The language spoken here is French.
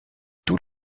tous